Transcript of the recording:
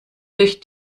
durch